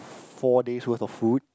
four days worth of food